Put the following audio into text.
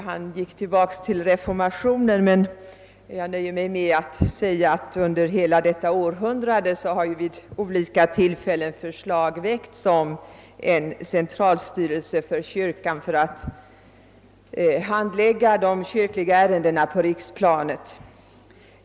Han gick tillbaka till reformationen, men jag nöjer mig med att påpeka att under hela detta århundrade har vid olika tillfällen förslag väckts om en centralstyrelse för kyrkan för att handlägga de kyrkliga ärendena på riksplanet.